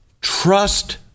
Trust